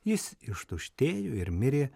jis ištuštėjo ir mirė